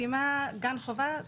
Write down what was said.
סיימה גן חובה,